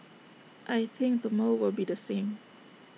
I think tomorrow will be the same